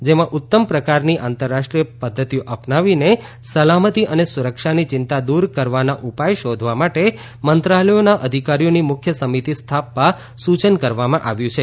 જેમાં ઉત્તમ પ્રકારની આંતરરાષ્ટ્રીય પદ્ધતિઓ અપનાવીને સલામતી અને સુરક્ષાની ચિંતા દૂર કરવાના ઉપાય શોધવા માટે મંત્રાલયોના અધિકારીઓની મુખ્ય સમિતિ સ્થાપવા સૂચન કરવામાં આવ્યું છે